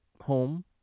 home